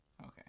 Okay